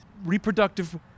reproductive